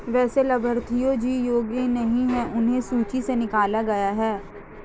वैसे लाभार्थियों जो योग्य नहीं हैं उन्हें सूची से निकला गया है